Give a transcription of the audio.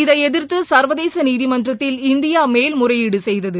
இதை எதிர்த்து சுர்வதேச நீதிமன்றத்தில் இந்தியா மேல்முறையீடு செய்தது